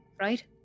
right